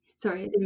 Sorry